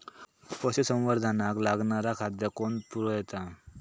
पशुसंवर्धनाक लागणारा खादय कोण पुरयता?